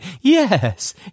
yes